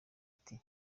ati